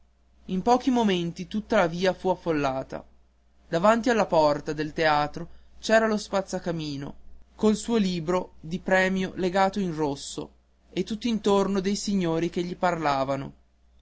in pochi momenti tutta la via fu affollata davanti alla porta del teatro c'era lo spazzacamino col suo libro di premio legato in rosso e tutt'intorno dei signori che gli parlavano